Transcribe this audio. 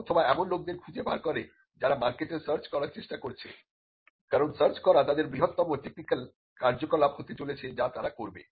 অথবা এমন লোকদের খুঁজে বার করে যারা মার্কেটে সার্চ করার চেষ্টা করছে কারণ সার্চ করা তাদের বৃহত্তম টেকনিক্যাল কার্যকলাপ হতে চলেছে যা তারা করবে